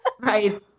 Right